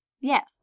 Yes